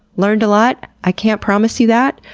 learned a lot. i can't promise you that,